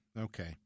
Okay